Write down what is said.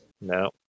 No